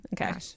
Okay